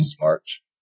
March